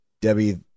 Debbie